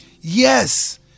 Yes